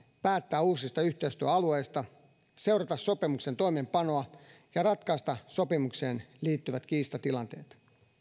päättää uusista yhteistyöalueista seurata sopimuksen toimeenpanoa ja ratkaista sopimukseen liittyvät kiistatilanteet